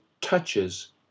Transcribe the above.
touches